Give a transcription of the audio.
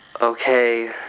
Okay